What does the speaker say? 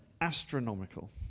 astronomical